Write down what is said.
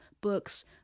books